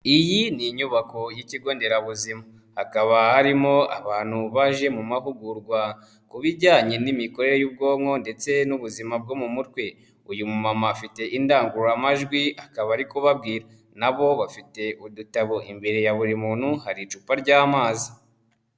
Iyi ni inyubako y'ikigo nderabuzima hakaba harimo abantu baje mu mahugurwa ku bijyanye n'imikorere y'ubwonko ndetse n'ubuzima bwo mu mutwe, uyu mumama afite indangururamajwi akaba ari kubabwira, na bo bafite udutabo imbere ya buri muntu, hari icupa ry'amazi.